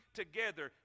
together